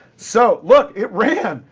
so look, it ran.